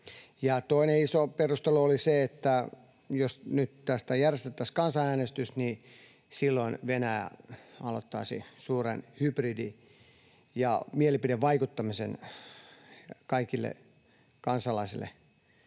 Toinen iso perustelu oli se, että jos nyt tästä järjestettäisiin kansanäänestys, niin silloin Venäjä aloittaisi suuren hybridi- ja mielipidevaikuttamisen kaikille kansalaisille